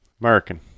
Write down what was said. American